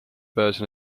pääse